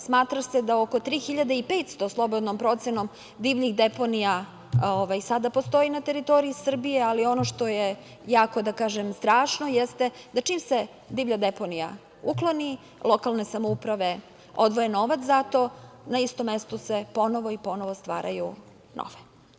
Smatra da se da oko 3.500, slobodnom procenom, divljih deponija sada postoji na teritoriji Srbije, ali ono što je jako strašno jeste da čim se divlja deponija ukloni, lokalne samouprave odvoje novac za to, na istom mestu se ponovo i ponovo stvaraju nove.